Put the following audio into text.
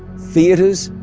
theaters,